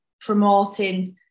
promoting